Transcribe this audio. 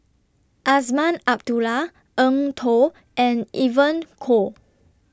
Azman Abdullah Eng Tow and Evon Kow